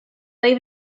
leave